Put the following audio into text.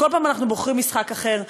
כל פעם אנחנו בוחרים משחק אחר,